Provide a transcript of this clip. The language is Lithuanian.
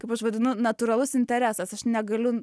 kaip aš vadinu natūralus interesas aš negaliu